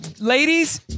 ladies